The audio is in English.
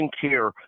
care